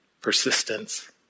persistence